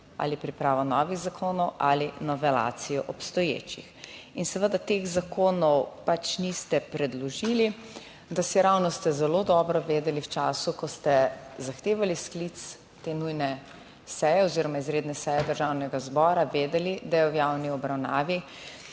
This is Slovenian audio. ali pripravo novih zakonov ali novelacijo obstoječih. In seveda teh zakonov pač niste predložili, dasiravno ste zelo dobro vedeli, v času, ko ste zahtevali sklic te nujne seje oziroma izredne seje Državnega zbora, vedeli, da je v javni obravnavi